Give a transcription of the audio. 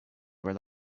where